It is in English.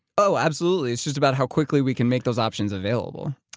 oh, absolutely, it's just about how quickly we can make those options available.